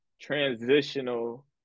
transitional